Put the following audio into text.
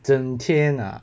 整天 ah